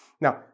Now